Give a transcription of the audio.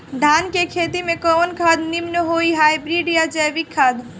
धान के खेती में कवन खाद नीमन होई हाइब्रिड या जैविक खाद?